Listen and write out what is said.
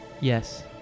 Yes